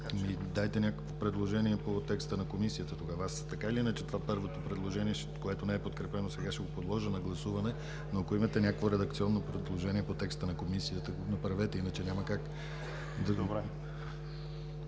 дайте някакво предложение по текста на Комисията. Аз, така или иначе, първото предложение, което не е подкрепено, сега ще го подложа на гласуване, но ако имате някакво редакционно предложение по текста на Комисията, го направете, иначе няма как. ПЛАМЕН